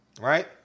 right